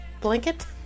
blanket